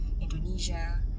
Indonesia